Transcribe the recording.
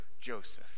Joseph